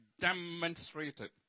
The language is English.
demonstrated